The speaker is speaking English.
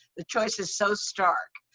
the choice is so stark,